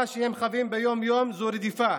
מה שהם חווים ביום-יום זו רדיפה,